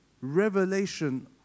revelation